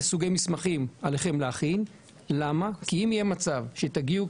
סוגי מסמכים עליהם להכין כי אם יהיה מצב שהם יגיעו,